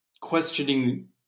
questioning